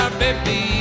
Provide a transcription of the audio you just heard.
baby